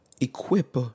equip